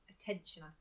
attention